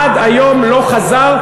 עד היום לא חזר,